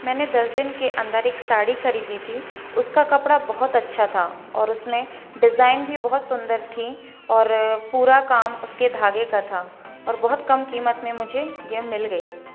मैंने दस दिन के अंदर एक साड़ी ख़रीदी थी उसका कपड़ा बहुत अच्छा था और उसमें डिज़ाइन भी बहुत सुंदर थी और पूरा काम उसके धागे का था और बहुत कम कीमत में मुझे यह मिल गयी